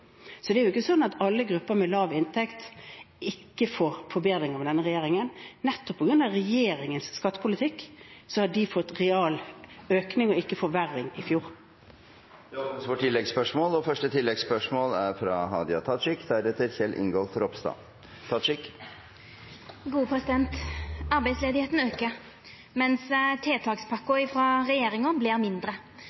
Så det er ikke sånn at alle grupper med lav inntekt ikke får forbedringer med denne regjeringen. Nettopp på grunn av regjeringens skattepolitikk har de fått realøkning og ikke en forverring. Det åpnes for